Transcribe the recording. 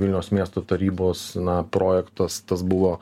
vilniaus miesto tarybos na projektas tas buvo